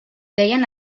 deien